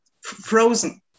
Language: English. frozen